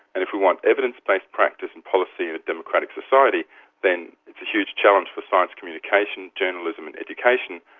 and if we want evidence-based practice and policy in a democratic society then it's a huge challenge for science communication, journalism and education,